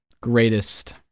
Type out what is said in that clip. greatest